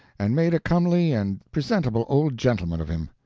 and made a comely and presentable old gentleman of him.